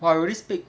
I already speak